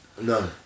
No